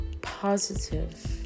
positive